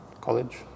college